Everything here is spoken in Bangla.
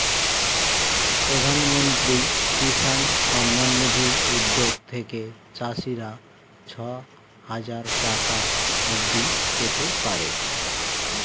প্রধানমন্ত্রী কিষান সম্মান নিধি উদ্যোগ থেকে চাষিরা ছয় হাজার টাকা অবধি পেতে পারে